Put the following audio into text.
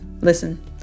Listen